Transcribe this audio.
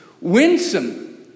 winsome